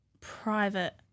private